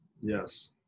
Yes